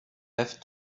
have